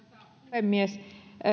puhemies